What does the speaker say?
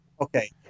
Okay